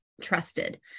trusted